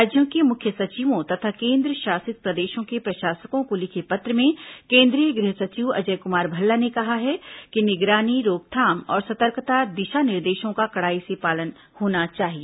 राज्यों के मुख्य सचिवों तथा केन्द्रशासित प्रदेशों के प्रशासकों को लिखे पत्र में केंद्रीय गृह सचिव अजय कुमार भल्ला ने कहा है कि निगरानी रोकथाम और सतर्कता दिशा निर्देशों का कड़ाई से पालन होना चाहिए